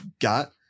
got